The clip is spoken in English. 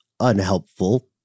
Unhelpful